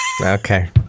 Okay